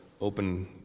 open